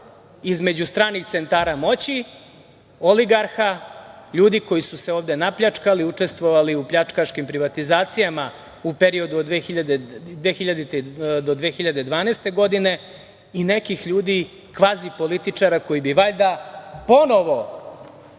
između stranih centara moći, oligarha, ljudi koji su se ovde napljačkali i učestvovali u pljačkaškim privatizacijama u periodu od 2000. godine do 2012. godine i nekih ljudi kvazi političara koji bi valjda ponovo